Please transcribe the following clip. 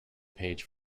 page